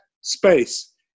space